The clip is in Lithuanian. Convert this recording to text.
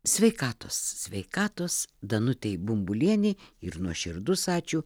sveikatos sveikatos danutei bumbulienei ir nuoširdus ačiū